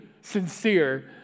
sincere